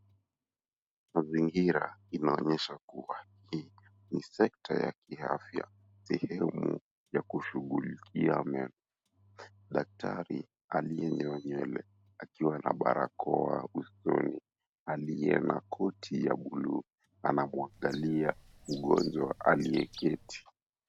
Mazingira inaonyesha kuwa hii ni sekta ya kiafya, sehemu ya kushughulikia meno. Daktari aliye nyoa nywele akiwa na barakoa usoni, aliye na koti ya buluu, anamwangalia mgonjwa aliyeketi.